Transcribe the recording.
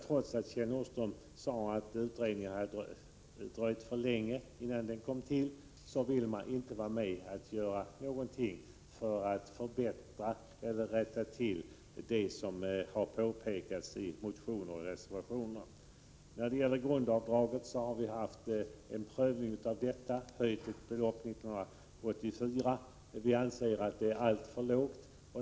Trots att Kjell Nordström sade att det har dröjt alltför länge med tillsättandet av utredningen, ville han inte göra någonting för att rätta till det som påtalats i motioner och reservationer. Grundavdraget har tidigare prövats och höjdes 1984, men vi anser att det är alltför lågt.